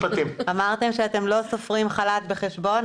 סיכויים טובים.